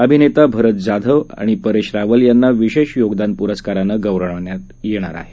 अभिनेता भरत जाधव आणि परेश रावल यांना विशेष योगदान पुरस्कारानं गौरवण्यात येणार आहे